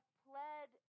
pled